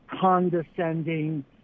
condescending